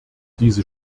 diese